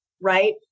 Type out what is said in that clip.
right